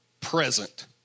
present